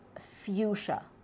fuchsia